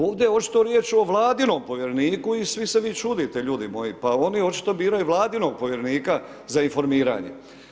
Ovdje je očito riječ o vladinom povjereniku i svi se vi čudite ljudi moji, pa oni očito biraju vladinog povjerenika za informiranje.